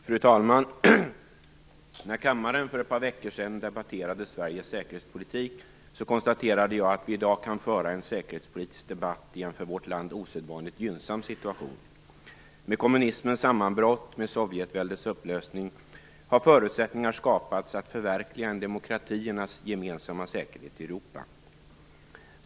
Fru talman! När kammaren för ett par veckor sedan debatterade Sveriges säkerhetspolitik konstaterade jag att vi i dag kan föra en säkerhetspolitisk debatt i en för vårt land osedvanligt gynnsam situation. Med kommunismens sammanbrott och med Sovjetväldets upplösning har förutsättningar skapats för att förverkliga en demokratiernas gemensamma säkerhet i Europa.